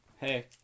hey